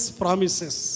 promises